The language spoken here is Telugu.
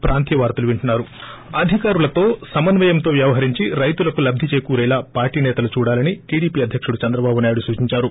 బ్రేక్ అధికారులతో సమన్వయంతో వ్యవహరించి రైతులకు లబ్గి చేకూరేలా పార్లీ నేతలు చూడాలని టీడీపీ అధ్యకుడు చంద్రబాబు నాయుడు సూచించారు